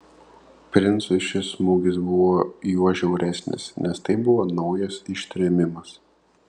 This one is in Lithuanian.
princui šis smūgis buvo juo žiauresnis nes tai buvo naujas ištrėmimas